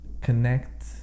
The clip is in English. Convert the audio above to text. connect